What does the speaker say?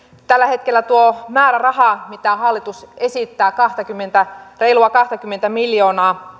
tällä hetkellä tuo määräraha mitä hallitus esittää reilua kaksikymmentä miljoonaa